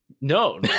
No